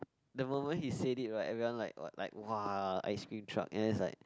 the moment he say it right everyone like what like !wah! ice cream truck and he's like